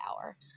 power